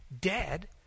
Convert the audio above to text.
dead